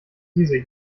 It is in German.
diese